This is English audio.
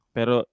Pero